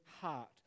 heart